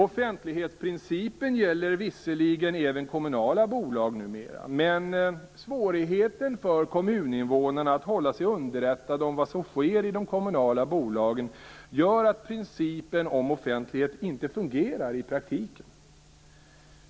Offentlighetsprincipen gäller visserligen även kommunala bolag numera, men svårigheten för kommuninvånarna att hålla sig underrättade om vad som sker i de kommunala bolagen gör att principen om offentlighet inte fungerar i praktiken.